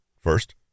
First